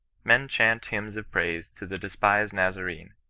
men chaunt hymns of praise to the de spised nazarene,